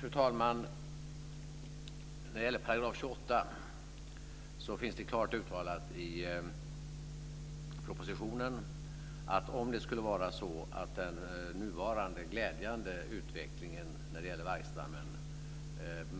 Fru talman! När det gäller 28 § så finns det klart uttalat i propositionen att om det skulle vara så att den nuvarande glädjande utvecklingen när det gäller vargstammen